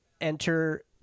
enter